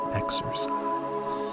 exercise